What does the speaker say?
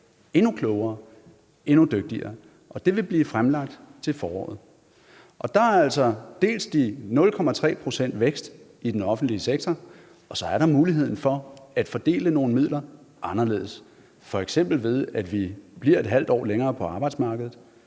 endnu klogere og endnu dygtigere? Og det vil blive fremlagt til foråret. Der er altså dels de 0,3 pct. vækst i den offentlige sektor, dels muligheden for at fordele nogle midler anderledes, f.eks. ved at man bliver ½ år mere på arbejdsmarkedet,